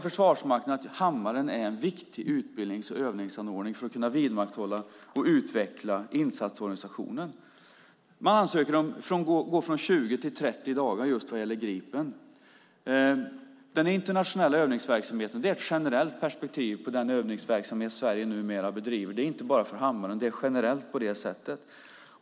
Försvarsmakten anser att Hammaren är en viktigt övnings och utbildningsanordning för att kunna vidmakthålla och utveckla insatsorganisationen. Man ansöker om att få gå från 20 till 30 dagar när det gäller Gripen. Det är ett generellt perspektiv på den internationella övningsverksamhet som Sverige numera bedriver. Detta gäller inte bara för Hammaren, utan det är generellt på det sättet.